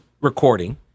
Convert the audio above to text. recording